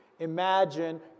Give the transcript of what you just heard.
Imagine